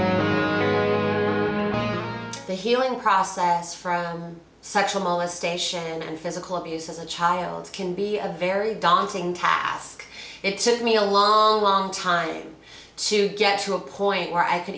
the healing process from sexual molestation and physical abuse as a child can be a very daunting task it took me a long long time to get to a point where i c